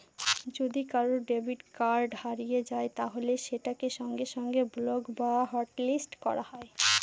যদি কারুর debit card হারিয়ে যায় তাহলে সেটাকে সঙ্গে সঙ্গে ব্লক বা হটলিস্ট করা যায়